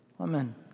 Amen